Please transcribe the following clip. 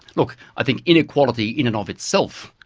look, i think inequality in and of itself,